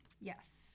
yes